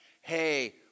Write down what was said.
hey